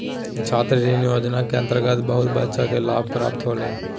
छात्र ऋण योजना के अंतर्गत बहुत बच्चा के लाभ प्राप्त होलय